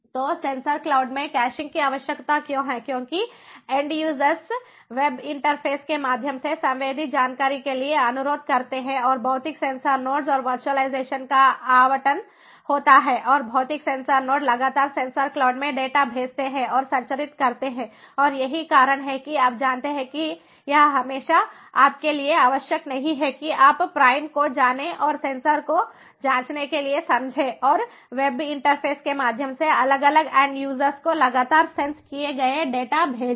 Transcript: तो sensor cloud में caching की आवश्यकता क्यों है क्योंकि एंड यूजर्स वेब इंटरफेस के माध्यम से संवेदी जानकारी के लिए अनुरोध करते हैं और भौतिक सेंसर नोड्स और वर्चुअलाइजेशन का आवंटन होता है और भौतिक सेंसर नोड लगातार सेंसर क्लाउड में डेटा भेजते हैं और संचारित करते हैं और यही कारण है कि आप जानते हैं कि यह हमेशा आपके लिए आवश्यक नहीं है कि आप प्राइम को जानें और सेंसर को जांचने के लिए समझें और वेब इंटरफेस के माध्यम से अलग अलग एंड यूजर्स को लगातार सेंस किए गए डेटा भेजें